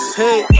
hey